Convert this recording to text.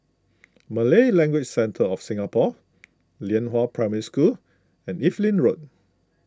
Malay Language Centre of Singapore Lianhua Primary School and Evelyn Road